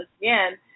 again